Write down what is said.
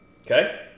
Okay